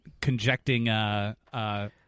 conjecting